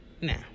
Now